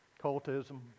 cultism